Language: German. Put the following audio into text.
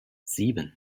sieben